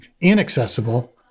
inaccessible